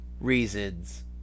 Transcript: reasons